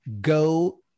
Go